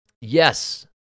Yes